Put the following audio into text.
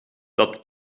dat